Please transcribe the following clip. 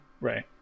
right